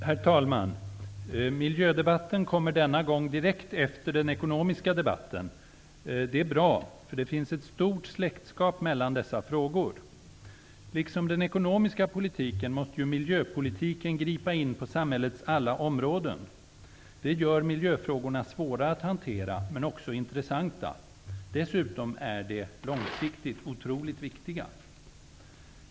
Herr talman! Miljödebatten kommer denna gång direkt efter den ekonomiska debatten. Det är bra, därför att det finns ett stort släktskap mellan dessa frågor. Liksom den ekonomiska politiken måste ju miljöpolitiken gripa in på samhällets alla områden. Det gör miljöfrågorna svåra att hantera men också intressanta. Dessutom är de långsiktigt otroligt viktiga.